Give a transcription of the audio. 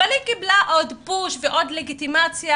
אבל היא קיבלה עוד פוש ועוד לגיטימציה